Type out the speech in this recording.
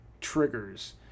triggers